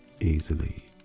easily